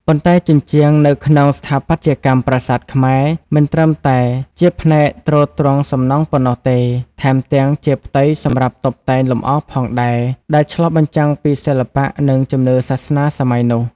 ប៉ុន្តែជញ្ជាំង នៅក្នុងស្ថាបត្យកម្មប្រាសាទខ្មែរមិនត្រឹមតែជាផ្នែកទ្រទ្រង់សំណង់ប៉ុណ្ណោះទេ ថែមទាំងជាផ្ទៃសម្រាប់តុបតែងលម្អផងដែរ ដែលឆ្លុះបញ្ចាំងពីសិល្បៈ និងជំនឿសាសនានាសម័យនោះ។